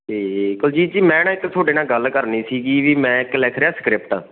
ਤੇ ਕੁਲਜੀਤ ਜੀ ਮੈਂ ਨਾ ਇੱਕ ਤੁਹਾਡੇ ਨਾਲ ਗੱਲ ਕਰਨੀ ਸੀਗੀ ਵੀ ਮੈਂ ਇੱਕ ਲਿਖ ਰਿਹਾ ਸਕ੍ਰਿਪਟ